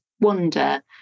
wonder